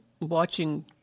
watching